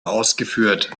ausgeführt